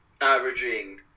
averaging